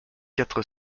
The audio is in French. quatre